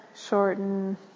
Shorten